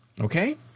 okay